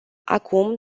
acum